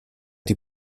die